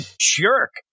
jerk